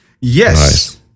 Yes